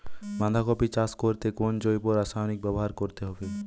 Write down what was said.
বাঁধাকপি চাষ করতে কোন জৈব রাসায়নিক ব্যবহার করতে হবে?